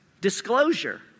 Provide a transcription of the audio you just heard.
disclosure